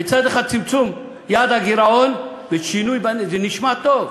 מצד אחד צמצום יעד הגירעון, זה נשמע טוב.